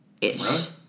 ish